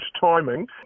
timing